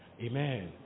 Amen